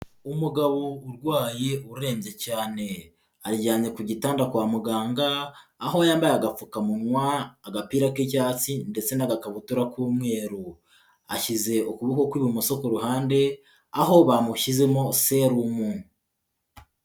Umugabo urwaye urembye cyane, aryamye ku gitanda kwa muganga aho yambaye agapfukamunywa, agapira k'icyatsi ndetse n'agakabutura k'umweru, ashyize ukuboko kw'ibumoso ku ruhande aho bamushyizemo serumu.